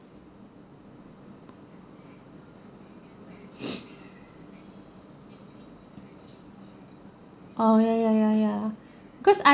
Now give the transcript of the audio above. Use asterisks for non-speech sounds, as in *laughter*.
*noise* oh ya ya ya ya because I